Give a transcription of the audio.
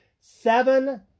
Seven